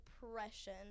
depression